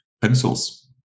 pencils